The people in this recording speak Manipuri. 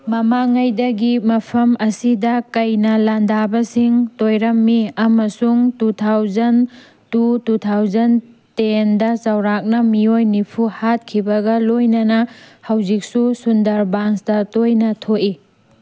ꯃꯃꯥꯡꯉꯩꯗꯒꯤ ꯃꯐꯝ ꯑꯁꯤꯗ ꯀꯩꯅ ꯂꯥꯟꯗꯥꯕꯁꯤꯡ ꯇꯣꯏꯔꯝꯃꯤ ꯑꯃꯁꯨꯡ two thousand two two thousand ꯇꯦꯟꯗ ꯆꯥꯎꯔꯥꯛꯅ ꯃꯤꯑꯣꯏ ꯅꯤꯐꯨ ꯍꯥꯠꯈꯤꯕꯒ ꯂꯣꯏꯅꯅ ꯍꯧꯖꯤꯛꯁꯨ ꯁꯨꯟꯗ꯭ꯔꯕꯟꯁꯇ ꯇꯣꯏꯅ ꯊꯣꯛꯏ